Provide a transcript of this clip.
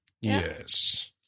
Yes